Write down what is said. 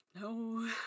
no